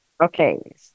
Okay